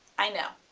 i know,